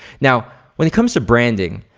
now, when it comes to branding,